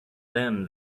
them